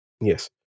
Yes